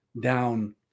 down